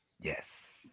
Yes